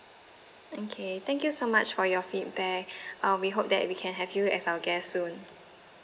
okay thank you so much for your feedback uh we hope that we can have you as our guest soon